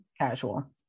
Casual